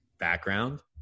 Background